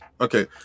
okay